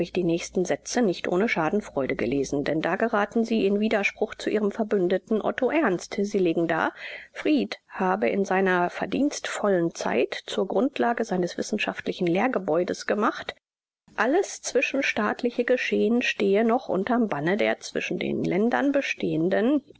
die nächsten sätze nicht ohne schadenfreude gelesen denn da geraten sie in widerspruch zu ihrem verbündeten otto ernst sie legen dar fried habe in seiner verdienstvollen zeit zur grundlage seines wissenschaftlichen lehrgebäudes gemacht alles zwischenstaatliche geschehen stehe noch unterm banne der zwischen den ländern bestehenden